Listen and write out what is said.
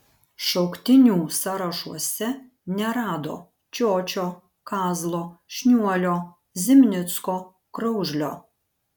šauktinių sąrašuose nerado čiočio kazlo šniuolio zimnicko kraužlio